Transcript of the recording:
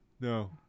No